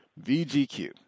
VGQ